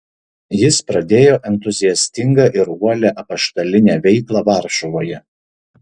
jis pradėjo entuziastingą ir uolią apaštalinę veiklą varšuvoje